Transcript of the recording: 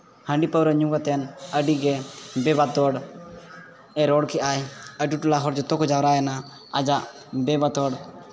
ᱦᱟᱺᱰᱤ ᱯᱟᱹᱣᱨᱟᱹ ᱧᱩ ᱠᱟᱛᱮᱫ ᱟᱹᱰᱤ ᱜᱮ ᱵᱮ ᱵᱟᱛᱚᱲᱼᱮ ᱨᱚᱲ ᱠᱮᱫᱼᱟᱭ ᱟᱛᱳ ᱴᱚᱞᱟ ᱦᱚᱲ ᱡᱚᱛᱚ ᱠᱚ ᱡᱟᱣᱨᱟᱭᱮᱱᱟ ᱟᱡᱟᱜ ᱵᱮᱼᱵᱟᱛᱚᱲ